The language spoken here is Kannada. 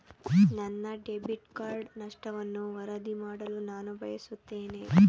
ನನ್ನ ಡೆಬಿಟ್ ಕಾರ್ಡ್ ನಷ್ಟವನ್ನು ವರದಿ ಮಾಡಲು ನಾನು ಬಯಸುತ್ತೇನೆ